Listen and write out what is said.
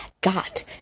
got